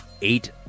eight